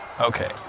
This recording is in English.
Okay